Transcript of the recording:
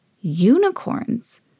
unicorns